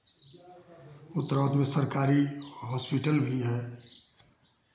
उत्तरावत में सरकारी हॉस्पिटल भी है